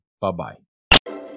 Bye-bye